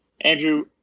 Andrew